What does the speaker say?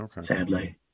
sadly